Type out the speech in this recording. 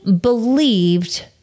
believed